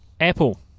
Apple